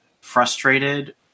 frustrated